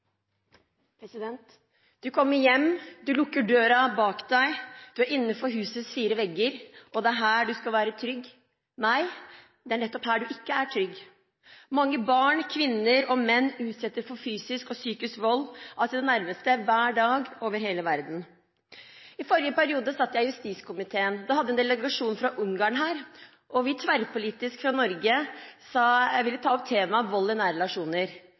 sjøl». Du kommer hjem, du lukker døren bak deg, du er innenfor husets fire vegger, og det er her du skal være trygg. Nei, det er nettopp her du ikke er trygg. Mange barn, kvinner og menn utsettes for fysisk og psykisk vold av sine nærmeste hver dag over hele verden. I forrige periode satt jeg i justiskomiteen. Da hadde vi en delegasjon fra Ungarn her. Tverrpolitisk fra Norge sa vi at vi ville ta opp temaet vold i nære relasjoner.